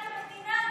היא אשמה בשטות הזאת,